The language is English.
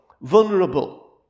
vulnerable